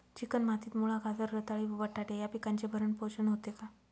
Chicken मातीत मुळा, गाजर, रताळी व बटाटे या पिकांचे भरण पोषण होते का?